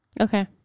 Okay